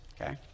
okay